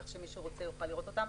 כך שמי שרוצה יוכל לראות אותם.